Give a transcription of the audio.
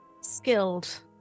skilled